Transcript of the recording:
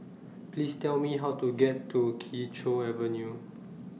Please Tell Me How to get to Kee Choe Avenue